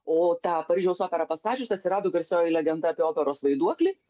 o tą paryžiaus operą pastačius atsirado garsioji legenda apie operos vaiduoklį